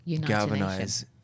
galvanize